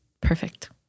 perfect